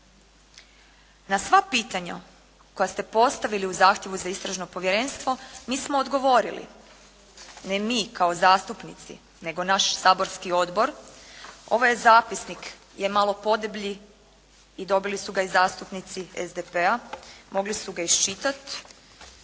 Na sva pitanja koja ste postavili u zahtjevu za Istražno povjerenstvo mi smo odgovorili, ne mi kao zastupnici nego naš Saborski odbor, ovaj zapisnik je malo podeblji i dobili su ga i zastupnici SDP-a mogli su ga iščitati,